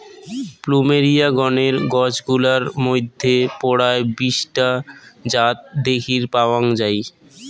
plumeria গণের গছ গুলার মইধ্যে পরায় বিশ টা জাত দ্যাখির পাওয়াং যাই